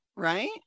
right